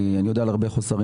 אני יודע על הרבה חוסרים.